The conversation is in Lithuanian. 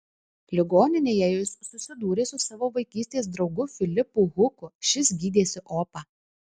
ligoninėje jis susidūrė su savo vaikystės draugu filipu huku šis gydėsi opą